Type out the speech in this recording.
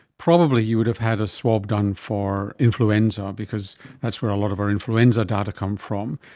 probably you would have had a swab done for influenza because that's where a lot of our influenza data come from.